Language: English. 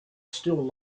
still